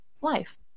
life